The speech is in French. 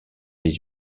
les